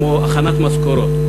כמו הכנת משכורות.